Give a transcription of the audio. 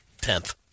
tenth